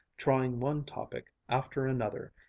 trying one topic after another,